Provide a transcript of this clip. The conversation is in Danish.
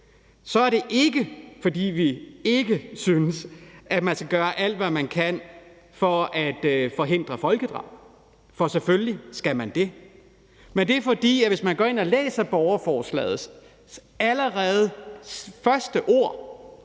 så er det ikke, fordi vi ikke synes, at man skal gøre alt, hvad man kan, for at forhindre folkedrab, for selvfølgelig skal man gøre det, men det er, fordi man, hvis man går ind og læser i borgerforslaget, så allerede ved